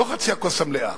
זו חצי הכוס המלאה.